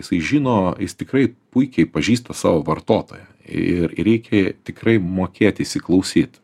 jisai žino jis tikrai puikiai pažįsta savo vartotoją ir reikia tikrai mokėt įsiklausyt